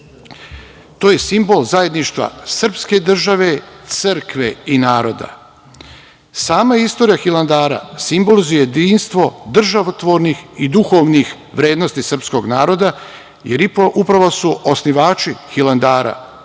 To je simbol zajedništva srpske države, crkve i naroda. Sama istorija Hilandara, je simbol za jedinstvo državotvornih i duhovnih vrednosti srpskog naroda, jer upravo su osnivači Hilandara,